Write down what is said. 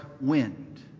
wind